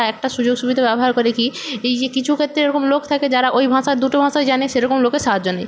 একটা সুযোগ সুবিধা ব্যবহার করে কী এই যে কিছু ক্ষেত্রে এরকম লোক থাকে যারা ওই ভাষার দুটো ভাষাই জানে সেরকম লোকের সাহায্য নেয়